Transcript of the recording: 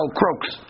croaks